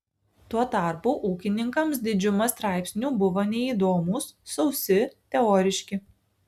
tuo tarpu ūkininkams didžiuma straipsnių buvo neįdomūs sausi teoriški